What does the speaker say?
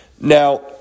Now